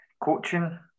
coaching